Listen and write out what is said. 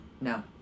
No